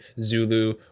zulu